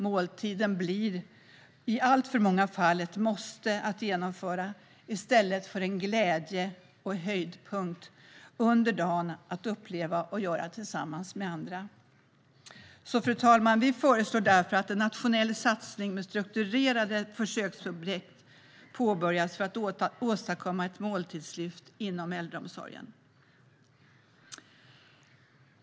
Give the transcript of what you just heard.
Måltiderna blir i alltför många fall ett måste att genomföra i stället för en glädje och höjdpunkt under dagen att uppleva och göra tillsammans med andra. Vi föreslår därför, fru talman, att en nationell satsning med strukturerade försöksprojekt påbörjas för att åstadkomma ett måltidslyft inom äldreomsorgen.